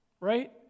Right